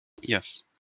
Yes